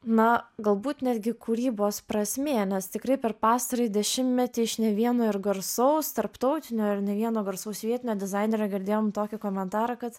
na galbūt netgi kūrybos prasmė nes tikrai per pastarąjį dešimtmetį iš ne vieno ir garsaus tarptautinio ir ne vieno garsaus vietinio dizainerio girdėjom tokį komentarą kad